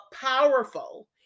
powerful